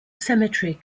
cemetery